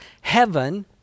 heaven